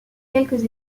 quelques